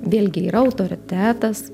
vėlgi yra autoritetas